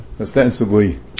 ostensibly